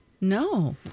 No